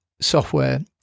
software